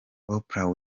oprah